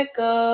go